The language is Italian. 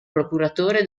procuratore